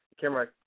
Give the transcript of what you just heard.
camera